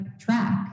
track